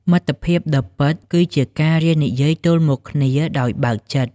មិត្តភាពដ៏ពិត គឺជាការរៀននិយាយទល់មុខគ្នាដោយបើកចិត្ត។